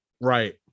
Right